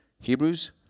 Hebrews